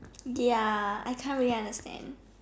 ya I can't really understand